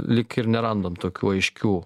lyg ir nerandam tokių aiškių